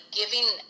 giving